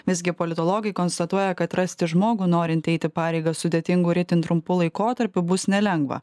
visgi politologai konstatuoja kad rasti žmogų norintį eiti pareigas sudėtingu ir itin trumpu laikotarpiu bus nelengva